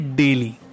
daily